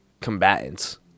combatants